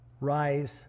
rise